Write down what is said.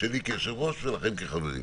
שלי כיושב-ראש ושלכם כחברים.